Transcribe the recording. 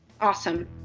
awesome